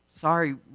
Sorry